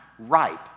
Ripe